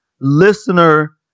Listener